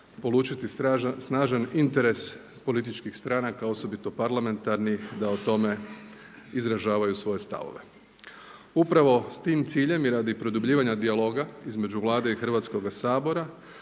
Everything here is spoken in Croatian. polučiti snažan interes političkih stranaka osobito parlamentarnih da o tome izražavaju svoje stavove. Upravo s tim ciljem i radi produbljivanja dijaloga između Vlade i Hrvatskoga sabora